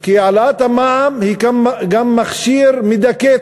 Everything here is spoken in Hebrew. כי העלאת המע"מ היא גם מכשיר מדכא צמיחה.